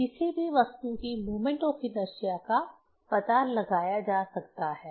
तो किसी भी वस्तु की मोमेंट ऑफ इनर्शिया का पता लगाया जा सकता है